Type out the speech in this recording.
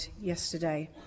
yesterday